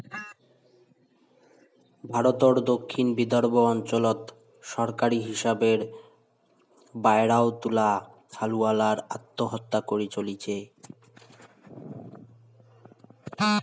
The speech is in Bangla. ভারতর দক্ষিণ বিদর্ভ অঞ্চলত সরকারী হিসাবের বায়রাও তুলা হালুয়ালার আত্মহত্যা করি চলিচে